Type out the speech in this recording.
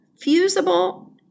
fusible